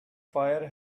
fire